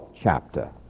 chapter